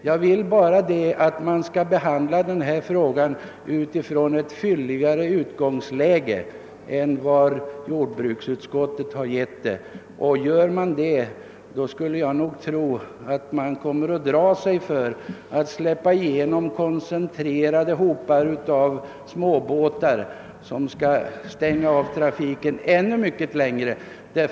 Jag önskar bara att frågan skall behandlas från fler utgångspunkter än jordbruksutskottet gjort, och gör man det skulle jag tro, att man kommer att dra sig för att släppa igenom koncentrerade hopar av småbåtar, som kan stoppa trafiken under en ännu längre tid.